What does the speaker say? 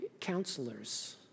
Counselors